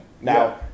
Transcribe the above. now